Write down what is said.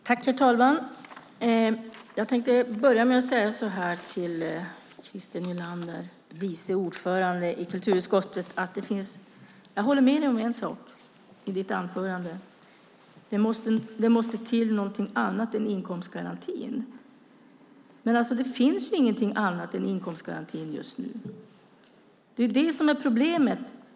Herr talman! Jag tänkte börja med att säga till Christer Nylander, vice ordförande i kulturutskottet: Jag håller med dig om en sak i ditt anförande, nämligen att det måste till något annat än inkomstgarantin. Men det finns ju ingenting annat än inkomstgarantin just nu. Det är det som är problemet.